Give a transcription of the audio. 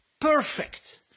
perfect